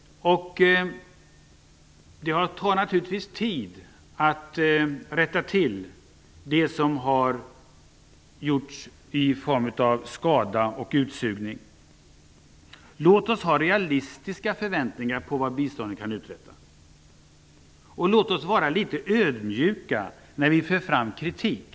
Det tar naturligtvis tid att komma till rätta med de skador som har uppstått. Låt oss ha realistiska förväntningar på vad biståndet kan uträtta! Låt oss vara litet ödmjuka när vi för fram kritik!